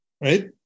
right